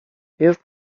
jest